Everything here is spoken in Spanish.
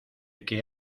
que